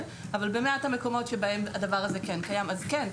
אבל במעט המקומות בהם הדבר הזה כן קיים - אז כן,